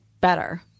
better